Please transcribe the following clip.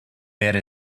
wäre